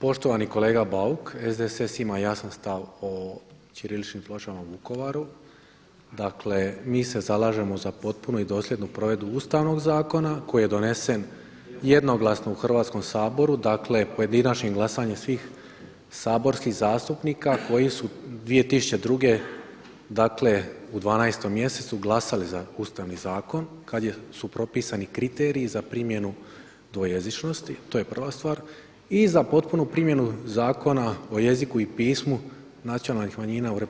Poštovani kolega Bauk, SDSS ima jasan stav o ćiriličnim pločama u Vukovaru, dakle mi se zalažemo za potpunu i dosljednu provedbu Ustavnog zakona koji je donesen jednoglasno u Hrvatskom saboru, dakle pojedinačnim glasanjem svih saborskih zastupnika koji su 2002. dakle u 12. mjesecu glasali za Ustavni zakon kada su propisani kriteriji za primjenu dvojezičnosti, to je prva stvar i za potpunu primjenu zakona o jeziku i pismu nacionalnih manjina u RH